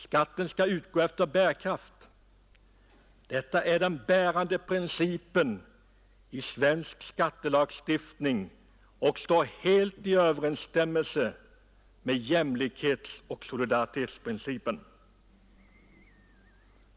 Skatten skall utgå efter bärkraft; det är den grundläggande principen i svensk skattelagstiftning och står helt i överensstämmelse med jämlikhetsoch solidaritetsprinciperna.